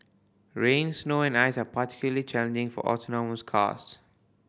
rain snow and ice are particularly challenging for autonomous cars